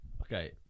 Okay